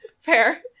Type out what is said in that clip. Fair